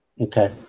Okay